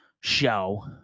show